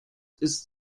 ist